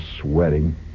sweating